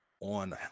on